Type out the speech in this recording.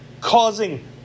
Causing